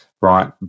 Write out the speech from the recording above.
right